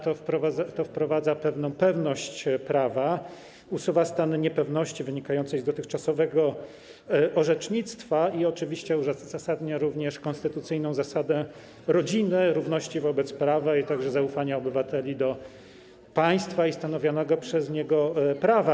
To wprowadza pewność prawa, usuwa stany niepewności wynikającej z dotychczasowego orzecznictwa i oczywiście uzasadnia konstytucyjną zasadę równości wobec prawa, a także zaufania obywateli do państwa i stanowionego przez niego prawa.